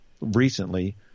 recently